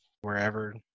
wherever